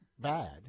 bad